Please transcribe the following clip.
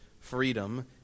freedom